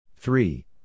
Three